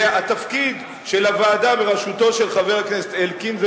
התפקיד של הוועדה בראשותו של חבר הכנסת אלקין זה